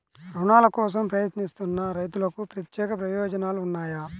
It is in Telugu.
రుణాల కోసం ప్రయత్నిస్తున్న రైతులకు ప్రత్యేక ప్రయోజనాలు ఉన్నాయా?